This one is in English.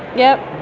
yep.